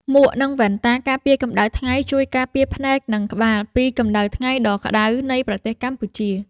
មួក និងវ៉ែនតាការពារកម្ដៅថ្ងៃ ជួយការពារភ្នែក និងក្បាលពីកម្ដៅថ្ងៃដ៏ក្ដៅនៃប្រទេសកម្ពុជា។